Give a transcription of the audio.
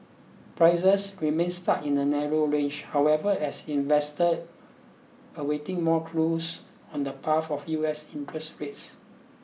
prices remained stuck in a narrow range however as investor awaited more clues on the path of U S interest rates